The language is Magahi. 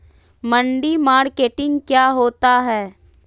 मंडी मार्केटिंग क्या होता है?